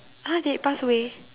!huh! they pass away